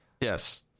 Yes